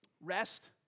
Rest